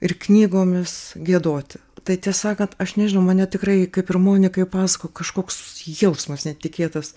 ir knygomis giedoti tai tiesą sakant aš nežinau mane tikrai kaip ir monikai pasakojau kažkoks jausmas netikėtas